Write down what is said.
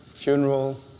funeral